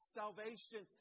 salvation